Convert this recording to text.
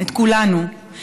את כולנו,